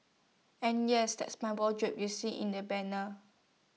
and yes that's my wardrobe you see in the banner